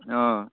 অঁ